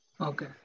Okay